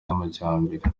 n’amajyambere